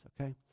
okay